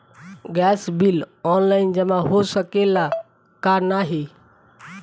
Gas bill online जमा हो सकेला का नाहीं?